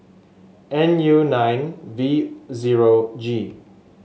N U nine V zero G